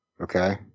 Okay